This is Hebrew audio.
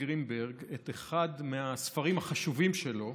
גרינברג את אחד הספרים החשובים שלו,